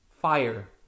fire